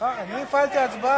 אתה לא מפעיל את ההצבעה?